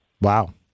Wow